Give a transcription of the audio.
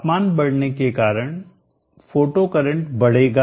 तापमान बढ़ने के कारण फोटो करंट बढ़ेगा